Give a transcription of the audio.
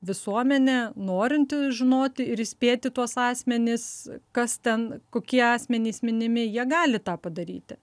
visuomenė norinti žinoti ir įspėti tuos asmenis kas ten kokie asmenys minimi jie gali tą padaryti